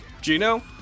Gino